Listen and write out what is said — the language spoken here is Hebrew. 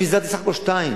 אני פיזרתי בסך הכול שתיים,